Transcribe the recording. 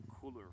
cooler